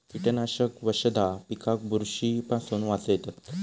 कीटकनाशक वशधा पिकाक बुरशी पासून वाचयतत